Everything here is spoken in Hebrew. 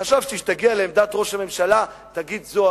חשבתי שכשתגיע לעמדת ראש הממשלה תגיד: זו